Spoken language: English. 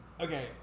Okay